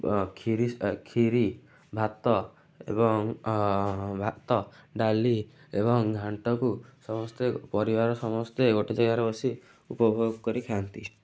କ୍ଷୀରି କ୍ଷୀରି ଭାତ ଏବଂ ଭାତ ଡାଲି ଏବଂ ଘାଣ୍ଟକୁ ସମସ୍ତେ ପରିବାର ସମସ୍ତେ ଘାଣ୍ଟକୁ ଗୋଟେ ଜାଗାରେ ବସି ଉପଭୋଗ କରି ଖାଆନ୍ତି